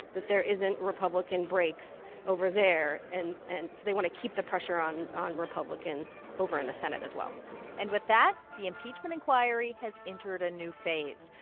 that there isn't republican breaks over there. so and and they want to keep the pressure on on republicans over in the senate, as well and with that, the impeachment inquiry has entered a new phase.